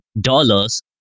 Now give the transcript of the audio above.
dollars